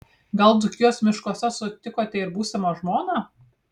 gal dzūkijos miškuose sutikote ir būsimą žmoną